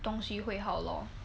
东西会好 lor